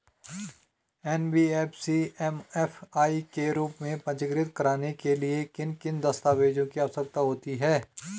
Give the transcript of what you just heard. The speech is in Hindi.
एन.बी.एफ.सी एम.एफ.आई के रूप में पंजीकृत कराने के लिए किन किन दस्तावेज़ों की आवश्यकता होती है?